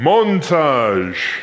Montage